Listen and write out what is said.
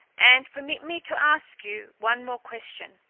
and permit me to ask you one more question.